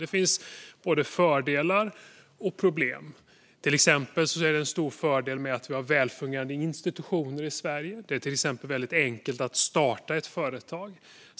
Det finns både fördelar och problem. Det är exempelvis en stor fördel att vi har välfungerande institutioner i Sverige. Det är till exempel väldigt enkelt att starta ett företag.